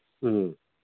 ꯎꯝ